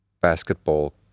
basketball